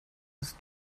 ist